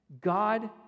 God